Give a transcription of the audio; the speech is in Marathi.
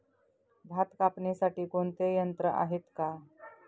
भात कापणीसाठी कोणते यंत्र आहेत का?